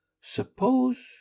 Suppose